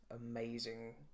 Amazing